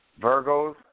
Virgos